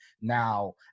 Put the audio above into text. Now